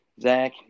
Zach